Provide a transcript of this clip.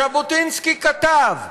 ז'בוטינסקי כתב: